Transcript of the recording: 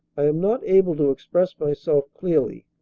i am not able to express myself clearly.